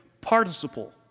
participle